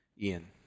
Ian